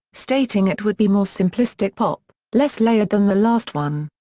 stating it would be more simplistic pop, less layered than the last one.